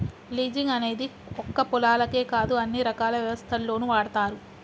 leasing అనేది ఒక్క పొలాలకే కాదు అన్ని రకాల వ్యవస్థల్లోనూ వాడతారు